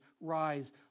Rise